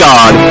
God